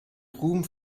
ruhm